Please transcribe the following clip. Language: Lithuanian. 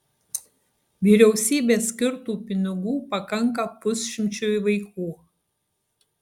vyriausybės skirtų pinigų pakanka pusšimčiui vaikų